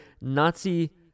Nazi